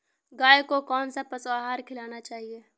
गाय को कौन सा पशु आहार खिलाना चाहिए?